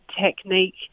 technique